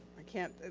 i can't,